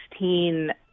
2016